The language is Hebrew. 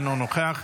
אינו נוכח,